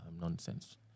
nonsense